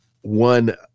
one